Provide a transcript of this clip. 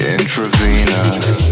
Intravenous